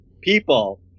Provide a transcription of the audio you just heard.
people